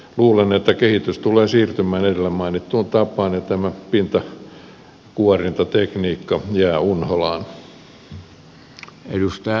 luulen että kehitys tulee siirtymään edellä mainittuun tapaan ja tämä pintakuorintatekniikka jää unholaan